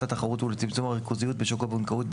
התחרות ולצמצום הריכוזיות בשוק הבנקאות,